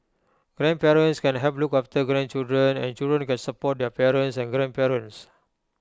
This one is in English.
grandparents can help look after grandchildren and children can support their parents and grandparents